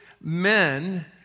men